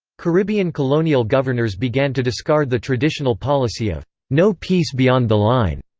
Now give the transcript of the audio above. caribbean colonial governors began to discard the traditional policy of no peace beyond the line,